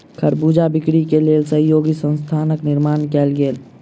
खरबूजा बिक्री के लेल सहयोगी संस्थानक निर्माण कयल गेल